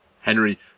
Henry